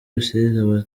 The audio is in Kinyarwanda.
rusizi